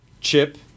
chip